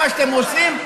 מה שאתם עושים,